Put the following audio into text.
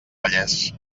vallès